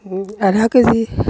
আধা কেজি